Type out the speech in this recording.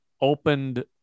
opened